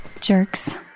Jerks